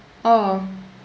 oh